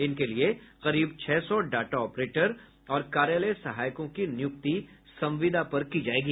इनके लिए करीब छह सौ डाटा ऑपरेटर और कार्यालय सहायकों की नियुक्ति संविदा पर की जायेगी